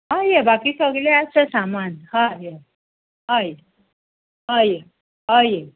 हय हय बाकी सगळें आसा सामान हय हय हय हय